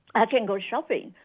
i can go shopping,